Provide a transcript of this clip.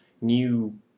new